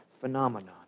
phenomenon